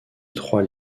trois